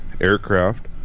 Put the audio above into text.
aircraft